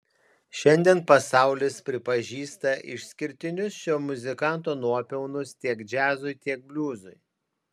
šiandien pasaulis pripažįsta išskirtinius šio muzikanto nuopelnus tiek džiazui tiek bliuzui